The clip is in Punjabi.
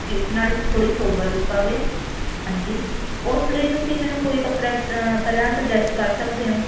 ਜਿਸ ਨਾਲ ਥੋੜ੍ਹੀ ਸੋਬਰ ਲੁਕ ਆਵੇ ਹਾਂਜੀ ਉਸ ਲਈ ਤੁਸੀਂ ਮੈਨੂੰ ਕੋਈ ਕੱਪੜਾ ਪਹਿਲਾਂ ਸੁਜੈਸਟ ਕਰ ਸਕਦੇ ਹੋ